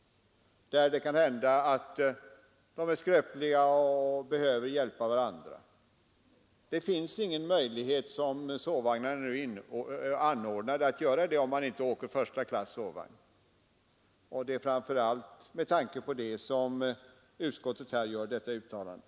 Det kan hända att äkta makar som är pensionärer är skröpliga och behöver hjälpa varandra, och det finns ingen möjlighet att göra det, som sovvagnarna nu är anordnade, om man inte åker första klass sovvagn. Det är speciellt med tanke på det som utskottet här gör sitt uttalande.